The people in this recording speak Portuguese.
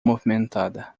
movimentada